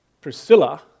Priscilla